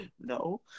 no